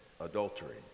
adultery